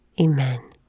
Amen